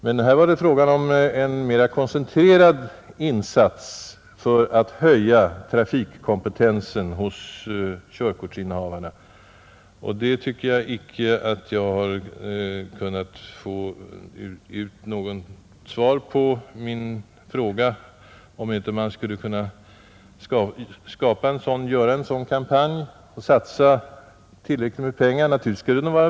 Här var det emellertid fråga om en mera koncentrerad insats för att höja trafikkompetensen hos körkortsinnehavarna. På min fråga om man inte skulle kunna igångsätta en sådan kampanj och satsa tillräckligt med pengar har jag inte fått något svar.